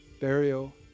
burial